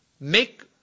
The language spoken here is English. make